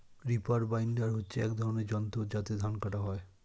reaper binder হচ্ছে এক ধরনের যন্ত্র যাতে ধান কাটা হয়